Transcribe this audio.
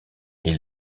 est